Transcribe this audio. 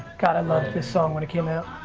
god, i loved this song when it came out.